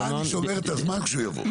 לך אני שומר את הזמן כשהוא יבוא.